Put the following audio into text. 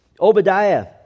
Obadiah